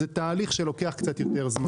אז זה תהליך שלוקח קצת יותר זמן.